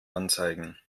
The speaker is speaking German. anzeigen